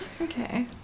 Okay